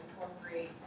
incorporate